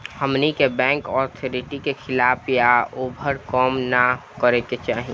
हमनी के bank authority के खिलाफ या ओभर काम न करे के चाही